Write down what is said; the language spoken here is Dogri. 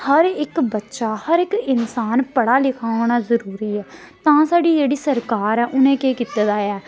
हर इक बच्चा हर इक इंसान पढ़ा लिखा होना जरूरी ऐ तां साढ़ी जेह्ड़ी सरकार ऐ उ'नें केह् कीते दा ऐ